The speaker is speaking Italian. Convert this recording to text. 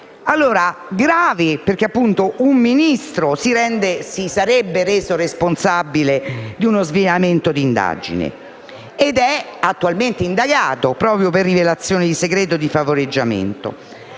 grave perché un Ministro si sarebbe reso responsabile di uno sviamento di indagine ed è attualmente indagato proprio per rilevazione di segreto, per favoreggiamento.